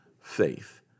faith